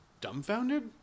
dumbfounded